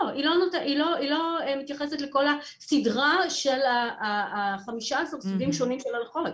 היא לא מתייחס לכל הסדרה של החמישה עשר סוגים שונים של הנחות,